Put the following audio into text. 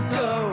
go